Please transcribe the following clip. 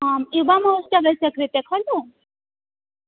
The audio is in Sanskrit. आं युवमहोत्सवस्य कृते खलु